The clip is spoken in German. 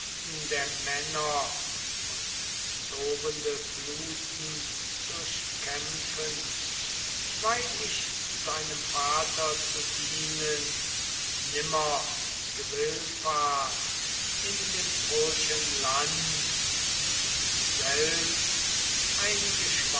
der männer und tobende fluten durchkämpfend weil ich seinem vater zu dienen nimmer gewillfahrt in dem troischen land und selbst ein